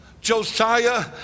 josiah